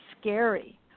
Scary